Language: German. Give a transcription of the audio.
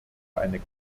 eine